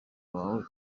wawe